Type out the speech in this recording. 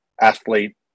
athlete